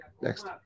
next